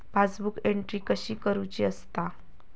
Passbook entry कशी करुची असता?